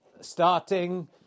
Starting